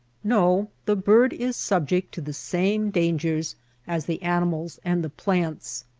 no the bird is subject to the same dangers as the animals and the plants.